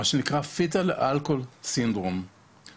מה שנקרא "fetal alcohol syndrome" ,